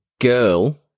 girl